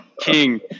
king